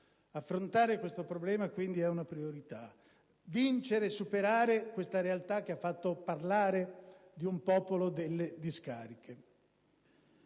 Affrontare questo problema è quindi una priorità. Vincere e superare questa realtà, che ha fatto parlare di un popolo delle discariche,